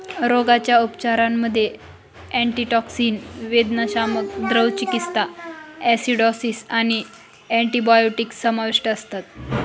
रोगाच्या उपचारांमध्ये अँटीटॉक्सिन, वेदनाशामक, द्रव चिकित्सा, ॲसिडॉसिस आणि अँटिबायोटिक्स समाविष्ट असतात